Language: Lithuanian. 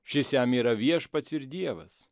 šis jam yra viešpats ir dievas